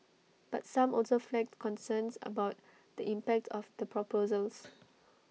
but some also flagged concerns about the impact of the proposals